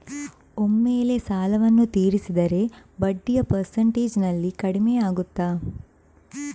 ಒಮ್ಮೆಲೇ ಸಾಲವನ್ನು ತೀರಿಸಿದರೆ ಬಡ್ಡಿಯ ಪರ್ಸೆಂಟೇಜ್ನಲ್ಲಿ ಕಡಿಮೆಯಾಗುತ್ತಾ?